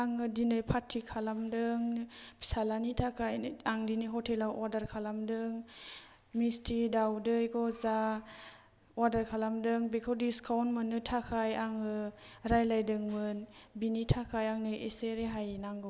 आङो दिनै पारथि खालामदों फिसालानि थाखाय आं दिनै हटेलाव अरदार खालामदों मिस्थि दावदै गजा अवादार खालामदों बेखौ दिसकाउन्ट मोननो थाखाय आङो रायलायदोंमोन बिनि थाखाय आंनो एसे रेहाय नांगौमोन